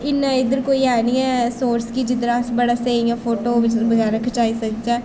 इन्ना इद्धर कोई है निं ऐ सोर्स कि जिद्धर अस बड़ा स्हेई इ'यां फोटो बगैरा खिचाई सकचै